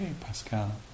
Pascal